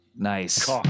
Nice